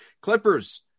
Clippers